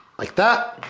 like that.